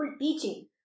teaching